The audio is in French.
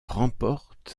remporte